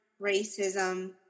racism